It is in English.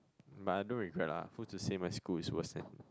but I don't regret lah who's to say my school is worse than